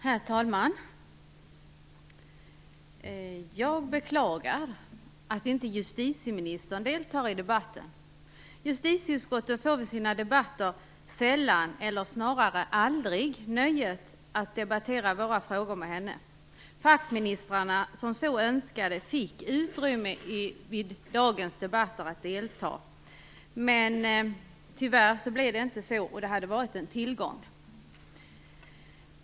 Herr talman! Jag beklagar att justitieministern inte deltar i debatten. Vi i justitieutskottet får i våra debatter sällan, eller snarare aldrig, nöjet att debattera våra frågor med henne. De fackministrar som så önskade fick utrymme att delta i dagens debatter, men tyvärr blev det inte så. Det hade varit en tillgång.